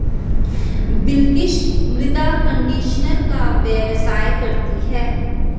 बिलकिश मृदा कंडीशनर का व्यवसाय करती है